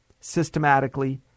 systematically